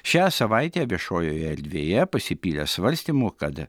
šią savaitę viešojoje erdvėje pasipylė svarstymų kad